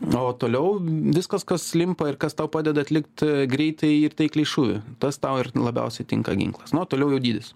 o toliau viskas kas limpa ir kas tau padeda atlikt greitai ir taikliai šūvį tas tau ir labiausiai tinka ginklas nu o toliau jau dydis